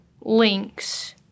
links